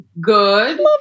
good